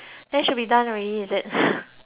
is it